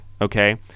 Okay